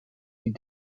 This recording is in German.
die